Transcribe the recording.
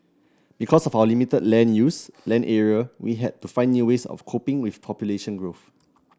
because of our limited land use land area we had to find new ways of coping with population growth